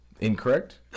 Incorrect